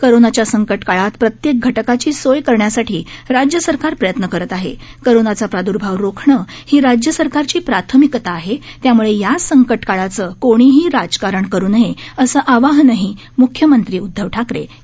कोरनाच्या संकटकाळात प्रत्येक घटकाची सोय करण्यासाठी राज्य सरकार प्रयत्न करत आहे कोरोनाचा प्रादर्भाव रोखणं ही राज्यसरकारची प्राथमिकता आहे त्यामुळे या संकटकाळाचं कोणीही राजकारण करू नये असं आवाहनही म्ख्यमंत्री उद्धव ठाकरे यांनी केलं